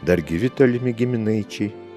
dar gyvi tolimi giminaičiai